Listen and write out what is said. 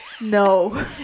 No